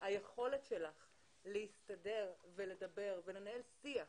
היכולת שלך להסתדר ולדבר ולנהל שיח